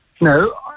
No